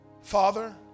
Father